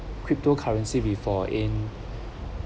cryptocurrency before in